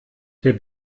der